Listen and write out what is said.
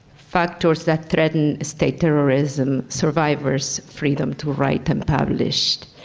factors that threaten state terrorism, survivors, freedom to write and publish.